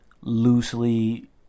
loosely